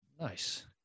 nice